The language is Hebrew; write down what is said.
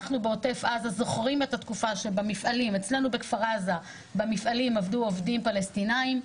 אנחנו בעוטף עזה זוכרים את התקופה שאצלנו במפעלים עבדו עובדים פלסטינים,